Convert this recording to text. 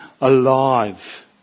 alive